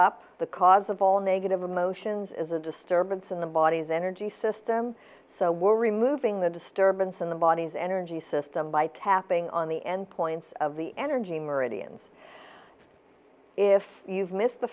up the cause of all negative emotions is a disturbance in the body's energy system so we're removing the disturbance in the body's energy system by tapping on the end points of the energy meridians if you've missed the